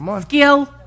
Skill